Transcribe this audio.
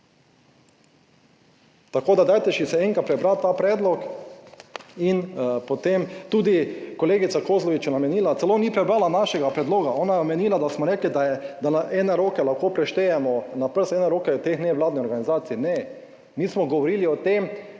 Tako da, dajte si še enkrat prebrati ta predlog. In potem tudi kolegica Kozlovič je omenila, celo ni prebrala našega predloga, ona je omenila, da smo rekli, da je, da na ene roke lahko preštejemo, na prste ene roke, od teh nevladnih organizacij. Ne, mi smo govorili o tem,